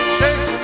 shake